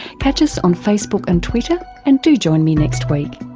catch us on facebook and twitter and do join me next week,